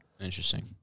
Interesting